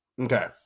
Okay